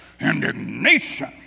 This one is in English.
indignation